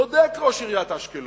צודק ראש עיריית אשקלון,